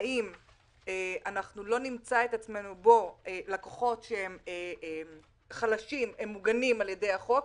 האם לא נמצא את עצמנו לקוחות חלשים שמוגנים על ידי החוק,